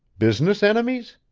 business enemies?